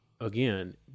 again